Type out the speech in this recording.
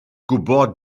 gwybod